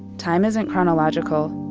time isn't chronological.